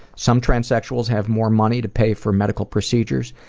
some transsexuals have more money to pay for medical procedures,